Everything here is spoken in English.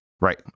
Right